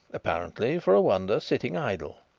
apparently, for a wonder, sitting idle.